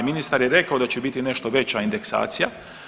Ministar je rekao da će biti nešto veća indeksacija.